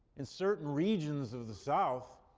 in certain regions of the south,